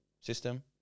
system